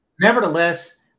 nevertheless